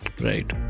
right